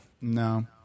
No